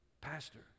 Pastor